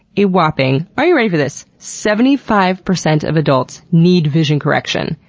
a whopping are you ready for this? seventy five percent of adults need vision correction,